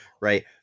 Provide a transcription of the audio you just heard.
right